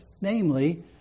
namely